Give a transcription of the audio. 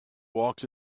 walks